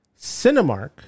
Cinemark